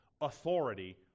authority